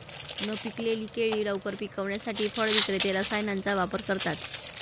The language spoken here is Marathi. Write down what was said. न पिकलेली केळी लवकर पिकवण्यासाठी फळ विक्रेते रसायनांचा वापर करतात